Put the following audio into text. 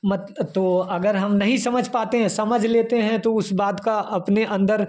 मत तो अगर हम नहीं समझ पाते समझ लेते हैं तो उस बात का अपने अंदर